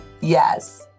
yes